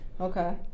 Okay